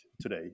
today